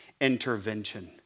intervention